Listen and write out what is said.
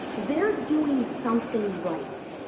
they're doing something right.